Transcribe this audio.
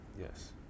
Yes